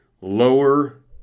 lower